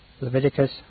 Leviticus